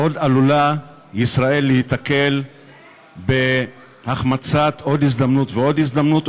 עוד עלולה ישראל להיתקל בהחמצת עוד הזדמנות ועוד הזדמנות,